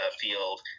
field